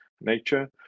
nature